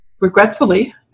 Regretfully